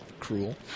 cruel